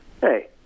Hey